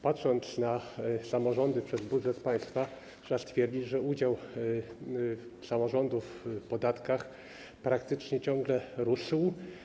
Patrząc na samorządy, jeśli chodzi o budżet państwa, trzeba stwierdzić, że udział samorządów w podatkach praktycznie ciągle rósł.